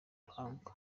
ruhango